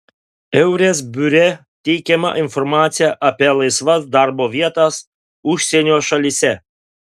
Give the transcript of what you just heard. eures biure teikiama informacija apie laisvas darbo vietas užsienio šalyse